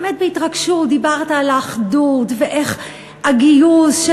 באמת בהתרגשות דיברת על האחדות ואיך הגיוס של